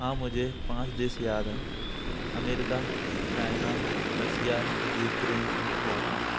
हाँ मुझे पाँच देश याद हैं America China Russia Ukraine Japan